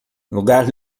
lugar